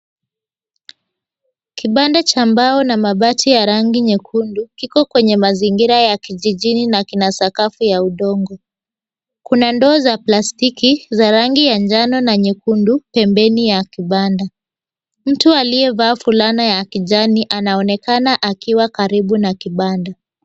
Kibanda cha mbao na mabati ya rangi nyekundu, kiko kwenye mazingira ya kijijini na kina sakafu ya udongo. Kuna ndoo za plastiki za rangi ya njano na nyekundu pembeni ya kibanda. Mtu aliyevaa fulana ya kijani anaonekana akiwa karibu na kibanda.